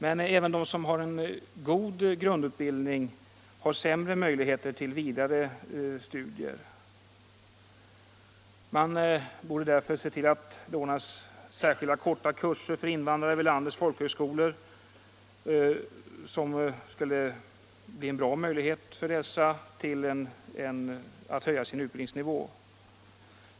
Men även de som har en god grundutbildning har sämre möjligheter till högre studier. Man borde därför ordna korta kurser för invandrare vid landets folkhögskolor, vilket skulle vara en bra möjlighet för dessa att höja sin utbildningsnivå.